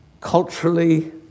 culturally